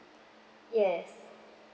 yes